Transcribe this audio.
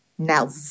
Now